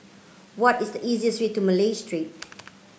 what is the easiest way to Malay Street